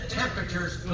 temperature's